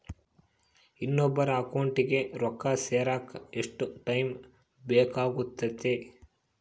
ಇನ್ನೊಬ್ಬರ ಅಕೌಂಟಿಗೆ ರೊಕ್ಕ ಸೇರಕ ಎಷ್ಟು ಟೈಮ್ ಬೇಕಾಗುತೈತಿ?